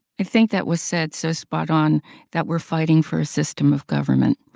i think that was said so spot on that we're fighting for a system of government,